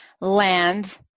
land